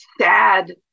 Sad